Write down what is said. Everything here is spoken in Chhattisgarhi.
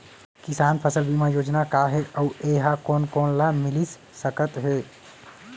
किसान फसल बीमा योजना का हे अऊ ए हा कोन कोन ला मिलिस सकत हे?